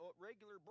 regular